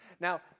Now